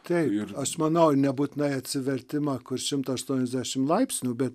taip aš manau nebūtinai atsivertimą kur šimtą aštuoniasdešimt laipsnių bet